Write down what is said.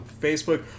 Facebook